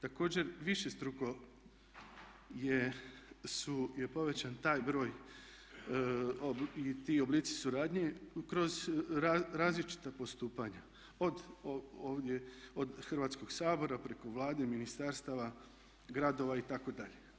Također višestruko je povećan taj broj i ti oblici suradnje kroz različita postupanja od Hrvatskog sabora preko Vlade, ministarstava, gradova itd.